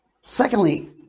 Secondly